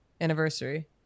Anniversary